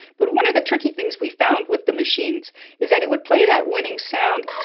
but one of the tricky things we found with the machines is that it would play that winning sound